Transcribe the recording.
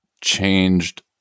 changed